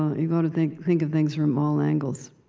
ah got to think think of things from all angles.